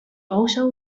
also